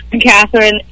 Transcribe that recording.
Catherine